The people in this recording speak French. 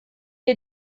est